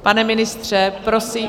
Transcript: Pane ministře, prosím...